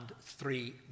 three